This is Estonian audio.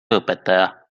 õpetaja